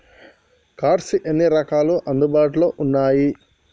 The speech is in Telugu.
కార్డ్స్ ఎన్ని రకాలు అందుబాటులో ఉన్నయి?